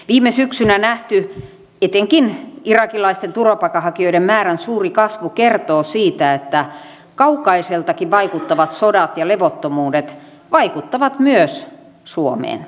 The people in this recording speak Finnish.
viime syksynä nähty etenkin irakilaisten turvapaikanhakijoiden määrän suuri kasvu kertoo siitä että kaukaisiltakin vaikuttavat sodat ja levottomuudet vaikuttavat myös suomeen